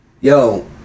yo